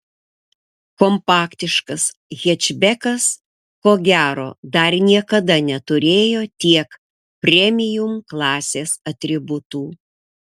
kompaktiškas hečbekas ko gero dar niekada neturėjo tiek premium klasės atributų